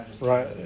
Right